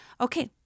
Okay